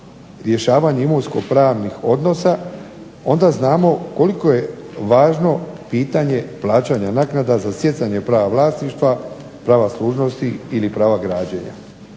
rješavanje imovinskopravnih odnosa onda znamo koliko je važno pitanje plaćanje naknada za stjecanje prava vlasništva, prava služnosti ili prava građenja.